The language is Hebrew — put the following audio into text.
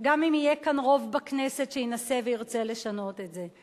גם אם יהיה כאן רוב בכנסת שינסה וירצה לשנות את זה.